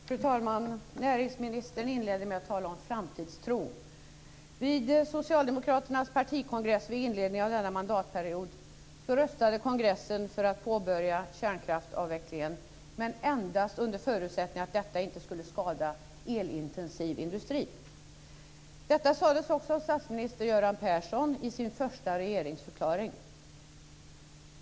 Fru talman! Näringsministern inledde med att tala om framtidstro. Vid Socialdemokraternas partikongress i inledningen av denna mandatperiod röstade kongressen för att påbörja kärnkraftsavvecklingen, dock endast under förutsättning att detta inte skulle skada elintensiv industri. Detta sades också av statsminister Göran Persson i hans första regeringsförklaring.